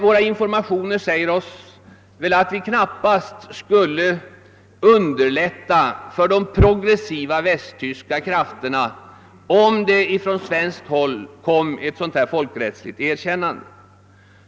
Våra informationer säger oss dock att vi knappast skulle hjälpa de progressiva västtyska krafterna, om det nu från svenskt håll gjordes ett sådant folkrättsligt erkännande.